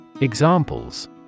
Examples